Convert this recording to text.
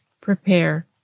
prepare